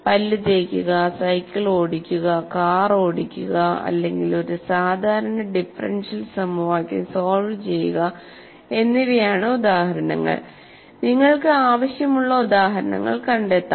പല്ല് തേക്കുക സൈക്കിൾ ഓടിക്കുക കാർ ഓടിക്കുക അല്ലെങ്കിൽ ഒരു സാധാരണ ഡിഫറൻഷ്യൽ സമവാക്യം സോൾവ് ചെയ്യുക എന്നിവയാണ് ഉദാഹരണങ്ങൾ നിങ്ങൾക്ക് ആവശ്യമുള്ള ഉദാഹരണങ്ങൾ കണ്ടെത്താം